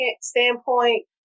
standpoint